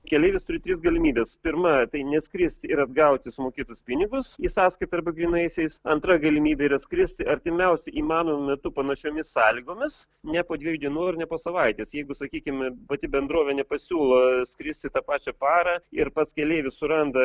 keleivis turi tris galimybes pirma tai neskris ir atgauti sumokėtus pinigus į sąskaitą arba grynaisiais antra galimybė yra skristi artimiausiu įmanomu metu panašiomis sąlygomis ne po dviejų dienų ir ne po savaitės jeigu sakykime pati bendrovė nepasiūlo skristi tą pačią parą ir pats keleivis suranda